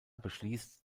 beschließt